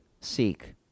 seek